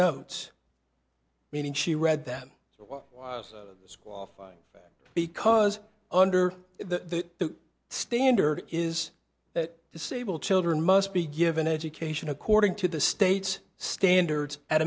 notes meaning she read them so well as qualifying because under the standard is that disabled children must be given education according to the state's standards at